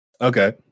Okay